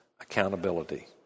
accountability